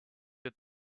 with